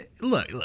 look